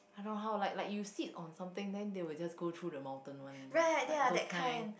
I know how like like you sit on something then they will just go through the mountain one like those kind